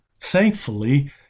thankfully